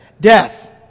death